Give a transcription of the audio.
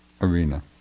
arena